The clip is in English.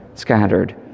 scattered